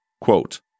Quote